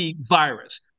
virus